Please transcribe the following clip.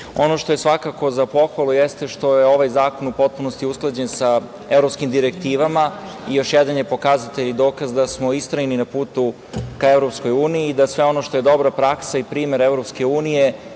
što je svakako za pohvalu jeste što je ovaj zakon u potpunosti usklađen sa evropskim direktivama i još jedan je pokazatelj i dokaz da smo istrajni na putu ka EU i da sve ono što je dobra praksa i primer EU mi